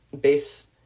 base